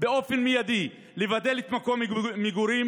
באופן מיידי לבטל את מקום המגורים